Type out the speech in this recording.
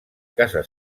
casa